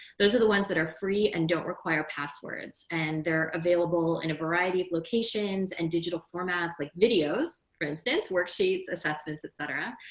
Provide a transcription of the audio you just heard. those are the ones that are free and don't require passwords. and they're available in a variety of locations and digital formats like videos, for instance, worksheets, assessments, etc.